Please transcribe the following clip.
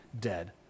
dead